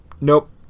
nope